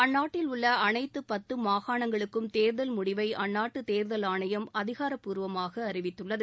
அந்நாட்டில் உள்ள அனைத்து பத்து மாகாணங்களுக்கும் தேர்தல் முடிவை அந்நாட்டு தேர்தல் ஆணையம் அதிகாரப்பூர்வமாக அறிவித்துள்ளது